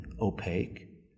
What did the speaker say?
opaque